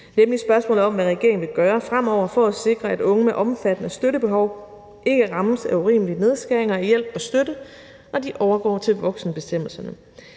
nemlig spørgsmålet om, hvad regeringen vil gøre fremover for at sikre, at unge med omfattende støttebehov ikke rammes af urimelige nedskæringer i hjælp og støtte, når de overgår til voksenbestemmelserne.